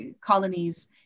colonies